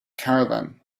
caravan